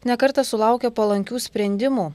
ne kartą sulaukė palankių sprendimų